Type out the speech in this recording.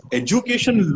education